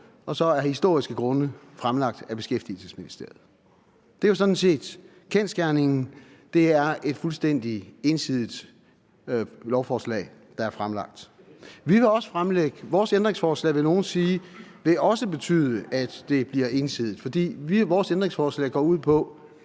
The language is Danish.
og så af historiske grunde fremsat af beskæftigelsesministeren. Det er jo sådan set kendsgerningen; det er et fuldstændig ensidigt lovforslag, der er fremsat. Vores ændringsforslag, vil nogle sige, vil også betyde, at det bliver ensidigt, for vores ændringsforslag går ud på,